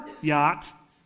yacht